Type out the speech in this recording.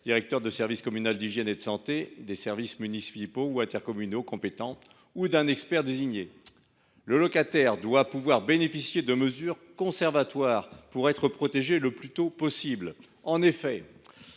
directeur du service communal d’hygiène et de santé, des services municipaux ou intercommunaux compétents, ou d’un expert désigné. Le locataire doit pouvoir bénéficier de mesures conservatoires pour être protégé le plus tôt possible. En effet,